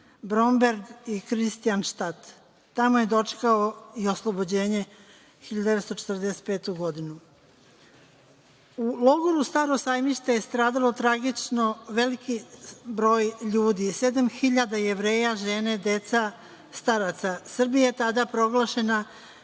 „Bromberg“ i „Kristijan štat“. Tamo je dočekao i oslobođenje 1945. godine.U logoru „Staro sajmište“ je stradalo tragično veliki broj ljudi – 7.000 Jevreja, žene, deca, staraca. Srbija je tada proglašena,